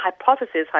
hypothesis